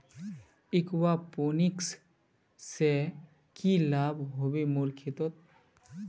aquaponics से की लाभ ह बे मोर खेतोंत